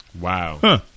Wow